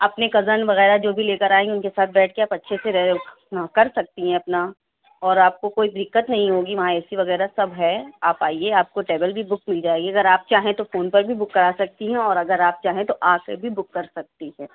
اپنے کزن وغیرہ جو بھی لے کر آئیں گی اُن کے ساتھ بیٹھ کے آپ اچھے سے رہ کر سکتی ہیں اپنا اور آپ کو کوئی دقت نہیں ہوگی وہاں اے سی وغیرہ سب ہے آپ آئیے آپ کو ٹیبل بھی بک مل جائے گی اگر آپ چاہیں تو فون پر بھی بک کرا سکتی ہیں اور اگر آپ چاہیں تو آ کے بھی بک کر سکتی ہیں